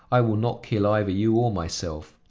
i will not kill either you or myself!